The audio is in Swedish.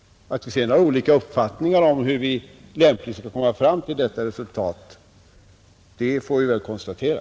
Att vi sedan har olika uppfattningar om hur man lämpligen skall komma fram till detta resultat är något som vi väl bara får konstatera.